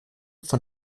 von